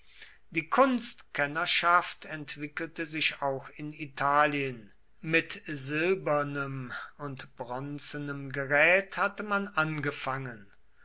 die kunstkennerschaft entwickelte sich auch in italien mit silbernem und bronzenem gerät hatte man angefangen